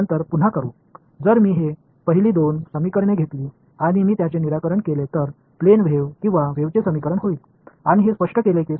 எனவே இந்த முதல் இரண்டு சமன்பாடுகளை நான் எடுத்துக் கொண்டால் பின்னர் அவற்றை மீண்டும் செய்வோம் அவற்றை நான் ஒன்றாகத் தீர்த்துக் கொண்டால் சமதள அலை அல்லது அலைகளின் சமன்பாட்டை விளைவிக்கும்